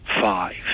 five